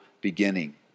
beginning